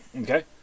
Okay